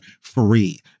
free